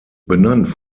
benannt